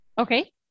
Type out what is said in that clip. Okay